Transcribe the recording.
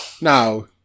Now